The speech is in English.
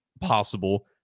possible